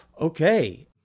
Okay